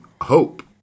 hope